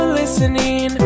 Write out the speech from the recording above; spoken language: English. listening